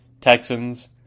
Texans